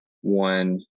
one